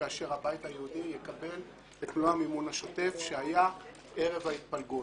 כאשר הבית היהודי יקבל את מלוא המימון השוטף שהיה ערב ההתפלגות.